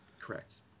Correct